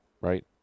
right